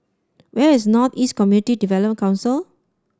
where is North East Community Development Council